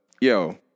yo